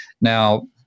Now